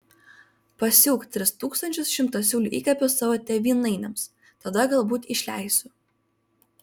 pasiūk tris tūkstančius šimtasiūlių įkapių savo tėvynainiams tada galbūt išleisiu